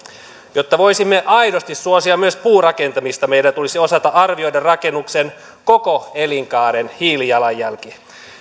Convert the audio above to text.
jotta voisimme aidosti suosia myös puurakentamista meidän tulisi osata arvioida rakennuksen koko elinkaaren hiilijalanjälki